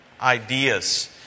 ideas